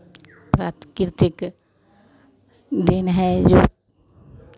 प्राकृतिक देन है जो